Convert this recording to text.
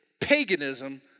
paganism